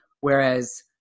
whereas